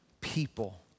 people